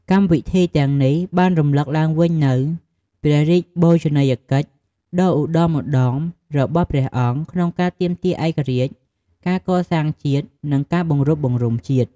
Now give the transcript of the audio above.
កម្មវិធីទាំងនេះបានរំលឹកឡើងវិញនូវព្រះរាជបូជនីយកិច្ចដ៏ឧត្តុង្គឧត្តមរបស់ព្រះអង្គក្នុងការទាមទារឯករាជ្យ ការកសាងជាតិ និងការបង្រួបបង្រួមជាតិ។